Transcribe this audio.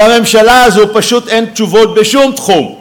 לממשלה הזאת פשוט אין תשובות בשום תחום.